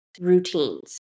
routines